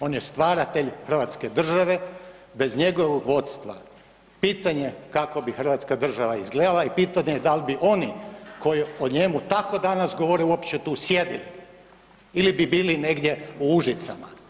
On je stvaratelj Hrvatske države, bez njegovog vodstva pitanje kako bi Hrvatska država izgledala i pitanje dal bi oni koji o njemu tako danas govore uopće tu sjedili ili bi bili negdje u Užicama.